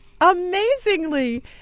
amazingly